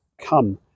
come